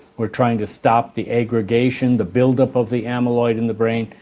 we're trying to stop the aggregation, the build-up of the amyloid in the brain.